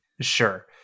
Sure